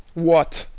what!